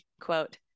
quote